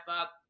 up